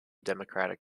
democratic